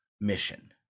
mission